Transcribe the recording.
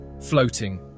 floating